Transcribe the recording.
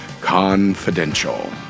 Confidential